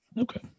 okay